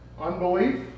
unbelief